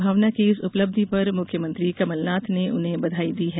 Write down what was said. भावना की इस उपलब्धि पर मुख्यमंत्री कमलनाथ ने उन्हें बधाई दी है